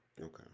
Okay